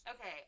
Okay